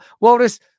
Walrus